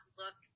look